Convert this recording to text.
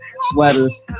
sweaters